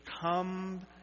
come